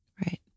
Right